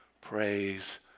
Praise